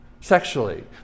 sexually